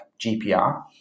GPR